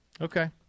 Okay